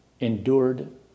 Endured